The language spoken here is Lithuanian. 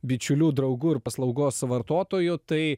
bičiulių draugų ir paslaugos vartotoju tai